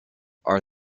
are